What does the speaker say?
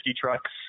trucks